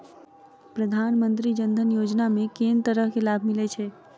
प्रधानमंत्री जनधन योजना मे केँ तरहक लाभ मिलय छै?